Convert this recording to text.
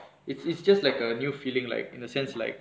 it's it's just like a new feeling like in a sense like